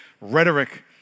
rhetoric